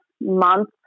month